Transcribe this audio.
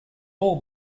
all